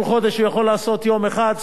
כל חודש הוא יכול לעשות יום אחד,